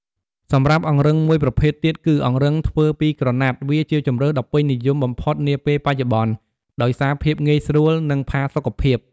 សម្រាប់អង្រឹងមួយប្រភេទទៀតគឺ អង្រឹងធ្វើពីក្រណាត់ វាជាជម្រើសដ៏ពេញនិយមបំផុតនាពេលបច្ចុប្បន្ន ដោយសារភាពងាយស្រួល និងផាសុខភាព។